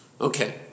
Okay